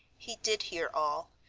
he did hear all,